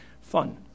fun